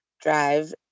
drive